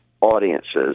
audiences